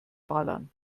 ballern